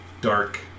dark